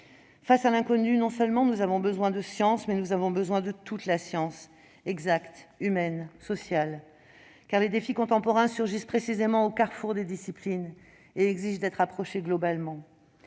Face à l'inconnu, non seulement nous avons besoin de science, mais nous avons besoin de toute la science, qu'elle soit exacte, humaine ou sociale. Car les défis contemporains surgissent précisément au carrefour des disciplines et exigent d'être approchés globalement.